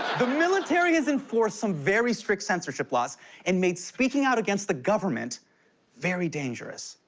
the military has enforced some very strict censorship laws and made speaking out against the government very dangerous.